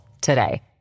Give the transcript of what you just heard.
today